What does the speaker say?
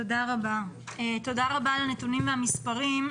תודה רבה על הנתונים והמספרים.